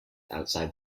outside